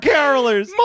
Carolers